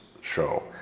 show